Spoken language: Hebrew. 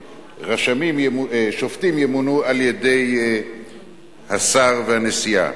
ששופטים ימונו על-ידי השר והנשיאה.